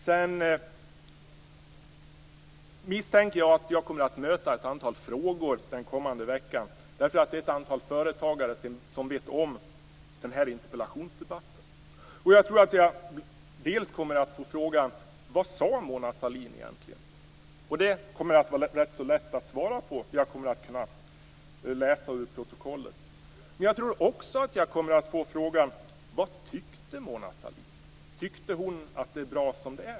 Jag misstänker att jag kommer att möta ett antal frågor den kommande veckan. Det är nämligen ett antal företagare som känner till den här interpellationsdebatten. Jag tror att jag kommer att få frågan: Vad sade Mona Sahlin egentligen? Det kommer det att vara rätt så lätt att svara på. Jag kommer att kunna läsa ur protokollet. Men jag tror också att jag kommer att få frågan: Vad tyckte Mona Sahlin? Tyckte hon att det är bra som det är?